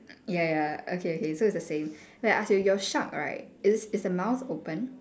ya ya okay so it's the same okay I ask you your shark right is is the mouth open